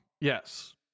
Yes